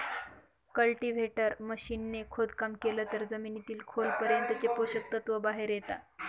cultivator machine ने खोदकाम केलं तर जमिनीतील खोल पर्यंतचे पोषक तत्व बाहेर येता